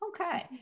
Okay